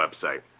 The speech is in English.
website